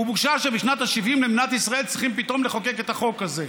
בושה שבשנת ה-70 למדינת ישראל צריכים פתאום לחוקק את החוק הזה.